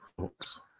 thoughts